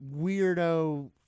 weirdo